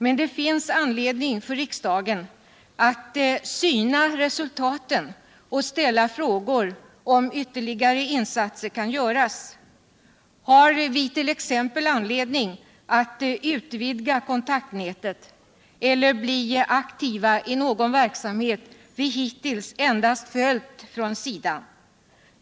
Men det finns antedning för riksdagen att syna resultaten och ställa frågan om vtuerligare insatser kan göras. Har vi t.ex. anledning att utvidga kontakiniätet etter bli aktiva i någon verksamhet vi hittills endast följt från sidan?